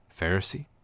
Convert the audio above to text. Pharisee